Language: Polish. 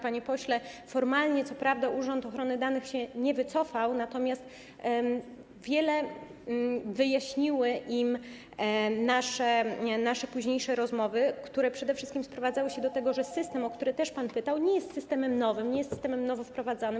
Panie pośle, formalnie, co prawda, urząd ochrony danych się z tego nie wycofał, natomiast wiele wyjaśniły mu nasze późniejsze rozmowy, które przede wszystkim sprowadzały się do tego, że system, o który też pan pytał, nie jest systemem nowym, nie jest systemem nowo wprowadzanym.